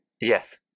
Yes